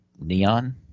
neon